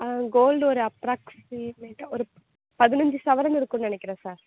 gold ஒரு அப்ராக்சிமேட்டாக ஒரு பதினைஞ்சி சவரன் இருக்குன்னு நினக்கிறேன் சார்